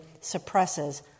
suppresses